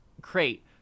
crate